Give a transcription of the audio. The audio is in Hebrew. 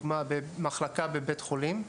כמו במחלקה בבית חולים,